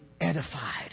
edified